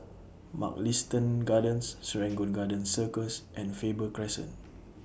Mugliston Gardens Serangoon Garden Circus and Faber Crescent